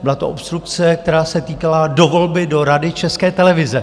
Byla to obstrukce, která se týkala dovolby do Rady České televize.